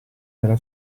della